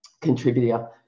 contributor